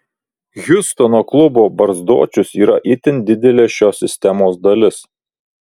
hjustono klubo barzdočius yra itin didelė šios sistemos dalis